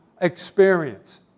experience